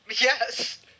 Yes